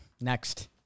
next